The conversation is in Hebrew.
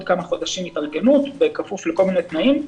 כמה חודשים של התארגנות בכפוף לכל מיני תנאים.